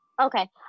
Okay